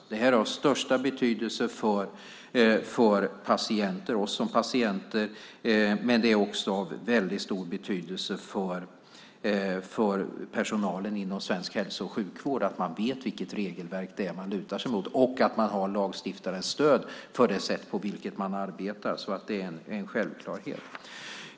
Det har största betydelse för oss som patienter. Men det är också av stor betydelse för personalen inom svensk hälso och sjukvård att de vet vilket regelverk det är de lutar sig mot och att de har lagstiftarens stöd för det sätt på vilket de arbetar. Detta är en självklarhet.